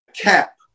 cap